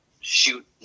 shoot